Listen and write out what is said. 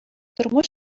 тормыш